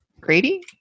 Grady